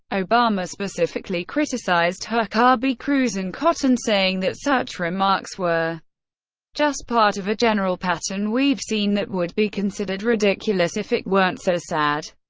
obama specifically criticized huckabee, cruz, and cotton, saying that such remarks were just part of a general pattern we've seen that would be considered ridiculous if it weren't so sad,